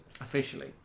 Officially